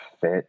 fit